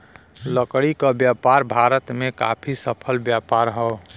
लकड़ी क व्यापार भारत में काफी सफल व्यापार हौ